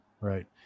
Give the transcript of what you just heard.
Right